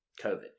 COVID